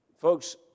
Folks